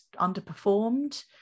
underperformed